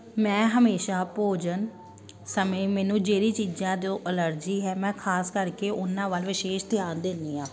ਮੈਂ ਹਮੇਸ਼ਾ ਭੋਜਨ ਸਮੇਂ ਮੈਨੂੰ ਜਿਹੜੀ ਚੀਜ਼ਾਂ ਤੋਂ ਐਲਰਜੀ ਹੈ ਮੈਂ ਖ਼ਾਸ ਕਰਕੇ ਉਹਨਾਂ ਵੱਲ ਵਿਸ਼ੇਸ਼ ਧਿਆਨ ਦਿੰਦੀ ਹਾਂ